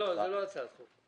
זו לא הצעת חוק.